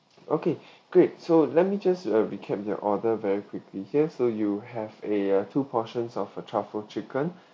okay great so let me just uh recap your order very quickly here so you have a ya two portions of uh truffle chicken